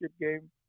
game